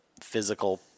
physical